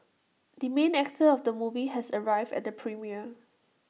the main actor of the movie has arrived at the premiere